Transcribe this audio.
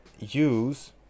use